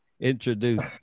introduce